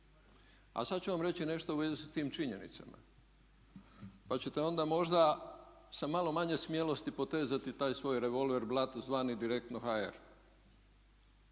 A sad ću vam reći nešto u vezi s tim činjenicama pa ćete onda možda sa malo manje smjelosti potezati taj svoj revolver blatt zvani direktno HR.